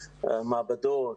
מעבדות,